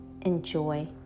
enjoy